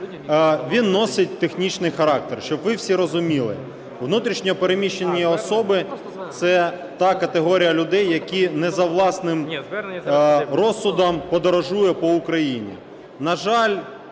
Він носить технічний характер, щоб ви всі розуміли. Внутрішньо переміщені особи – це та категорія людей, які не за власним розсудом подорожує по Україні.